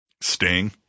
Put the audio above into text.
Sting